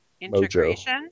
integration